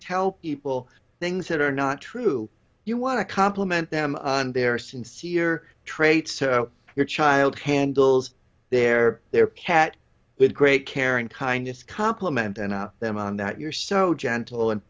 tell people things that are not true you want to compliment them on their sincere traits your child handles their their pat with great care and kindness compliment and them on that you're so gentle and